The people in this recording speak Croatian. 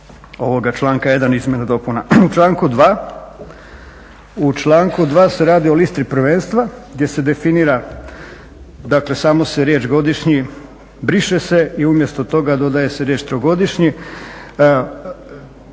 ovoga članka 1. izmjena i dopuna. U članku 2. se radi o listi prvenstva gdje se definira, dakle samo se riječ: "godišnji", briše se i umjesto toga dodaje se riječ: "trogodišnji".